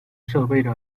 设备